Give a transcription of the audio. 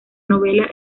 novela